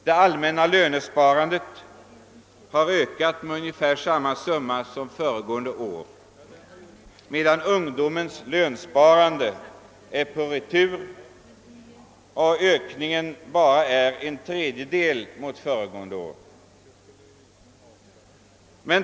Det allmänna lönsparandet har ökat med ungefär samma summa som föregående år, medan ungdomens lönsparande är på retur; ökningen utgör bara en tredjedel mot föregående år.